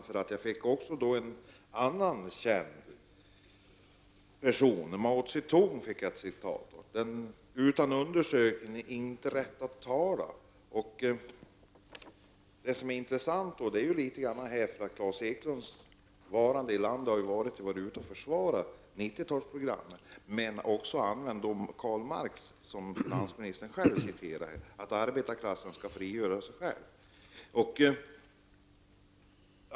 Jag fick nämligen också ett citat av en annan känd person, Mao Zedong: ”Utan undersökning inte rätt att tala.” Intressant i sammanhanget är att Klas Eklund varit ute i landet och försvarat 90-talsprogrammet och då använt det citat från Karl Marx, som även finansministern återgav, nämligen att arbetarklassen skall frigöra sig själv.